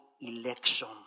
election